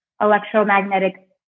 electromagnetic